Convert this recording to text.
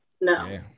No